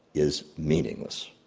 is meaningless.